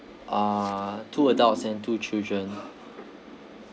uh two adults and two children